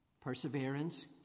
Perseverance